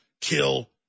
kill